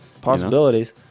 Possibilities